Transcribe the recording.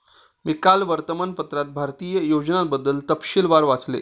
मी काल वर्तमानपत्रात भारतीय योजनांबद्दल तपशीलवार वाचले